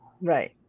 Right